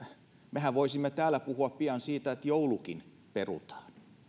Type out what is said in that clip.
mehän voisimme täällä puhua pian siitä että joulukin perutaan